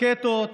רקטות,